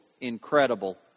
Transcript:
incredible